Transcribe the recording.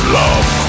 love